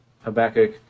Habakkuk